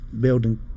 building